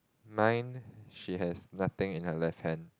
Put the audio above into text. mine she has nothing in her left hand